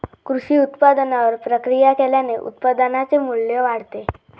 कृषी उत्पादनावर प्रक्रिया केल्याने उत्पादनाचे मू्ल्य वाढते